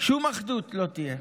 שום אחדות לא תהיה.